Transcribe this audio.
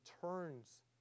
turns